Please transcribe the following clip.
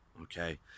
Okay